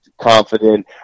confident